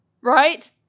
right